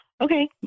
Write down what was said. Okay